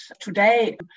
Today